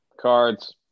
Cards